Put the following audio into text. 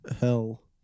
hell